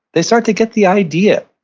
they start to get the idea,